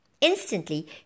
Instantly